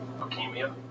Leukemia